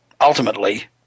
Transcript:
Ultimately